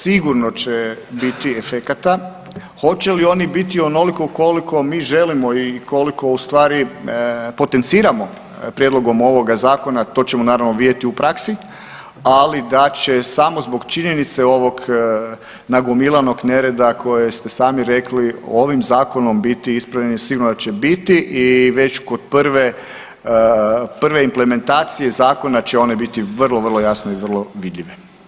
Sigurno će biti efekata, hoće li oni biti onoliko koliko mi želimo i koliko ustvari potenciramo prijedlogom ovog zakona to ćemo naravno vidjeti u praksi, ali da će samo zbog činjenice ovog nagomilanog nereda koje ste sami rekli ovim zakonom biti ispravljeni sigurno da će biti i već kod prve implementacije zakona će one biti vrlo, vrlo jasno i vrlo vidljive.